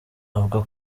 avuga